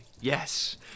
Yes